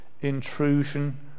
intrusion